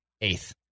eighth